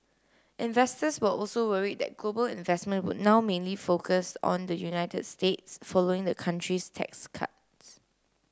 investors were also worried that global investment would now mainly focused on the United States following the country's tax cuts